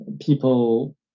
people